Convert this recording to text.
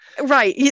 Right